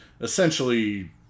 essentially